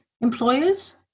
employers